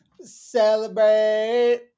celebrate